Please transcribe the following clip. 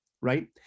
Right